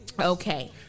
Okay